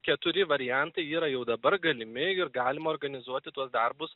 keturi variantai yra jau dabar galimi ir galima organizuoti tuos darbus